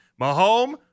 Mahomes